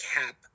Cap